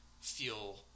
feel